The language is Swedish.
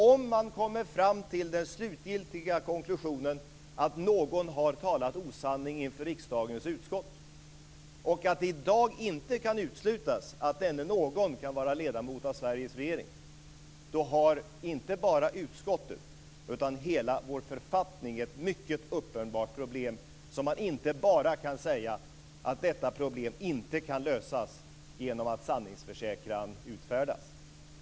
Om man kommer fram till den slutgiltiga konklusionen att någon har talat osanning inför riksdagens utskott, och att det i dag inte kan uteslutas att denne någon kan vara ledamot av Sveriges regering, har inte bara utskottet utan hela vår författning ett mycket uppenbart problem där man inte bara kan säga att detta problem inte kan lösas genom att sanningsförsäkran utfärdas.